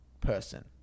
person